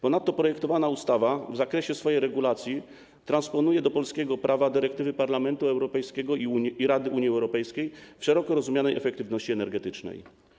Ponadto projektowana ustawa w zakresie swojej regulacji transponuje do polskiego prawa dyrektywy Parlamentu Europejskiego i Rady Unii Europejskiej w przypadku szeroko rozumianej efektywności energetycznej.